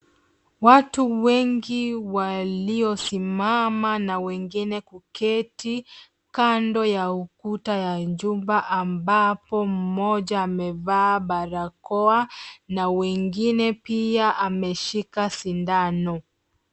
Watu wengi walio simama na wengine kuketi kando ya ukuta ya jumba ambapo mmoja amevaa barakoa na wengine pia ameshika sindano.